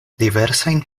diversajn